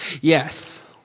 Yes